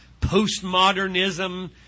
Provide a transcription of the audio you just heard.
postmodernism